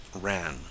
ran